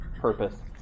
purpose